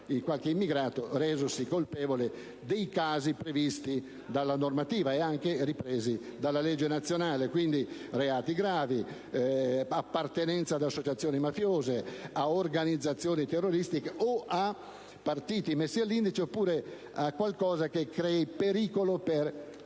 qualche immigrato resosi colpevole dei fatti previsti dalla normativa, e anche ripresi dal provvedimento nazionale: reati gravi e appartenenza ad associazioni mafiose, a organizzazioni terroristiche, a partiti messi all'indice, oppure a qualcosa che crei pericolo per la